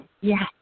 Yes